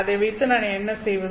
அதை வைத்து நான் என்ன செய்வது